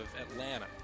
Atlanta